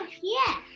yes